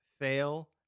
fail